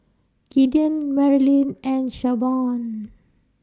Gideon Merilyn and Shavonne